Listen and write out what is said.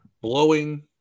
Blowing